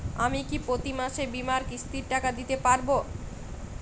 আমি কি প্রতি মাসে বীমার কিস্তির টাকা দিতে পারবো?